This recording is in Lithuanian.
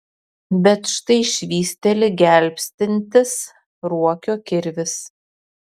bet štai švysteli gelbstintis ruokio kirvis